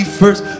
first